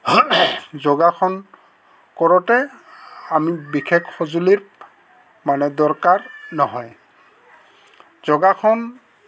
যোগাসন কৰোঁতে আমি বিশেষ সঁজুলিৰ মানে দৰকাৰ নহয় যোগাসন